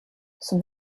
son